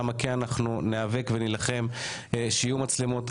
ללמה אנחנו ניאבק ונילחם שיהיו מצלמות.